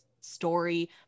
story